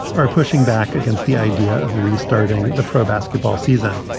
are pushing back against the idea of restarting the pro basketball season.